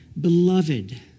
Beloved